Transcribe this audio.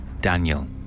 Daniel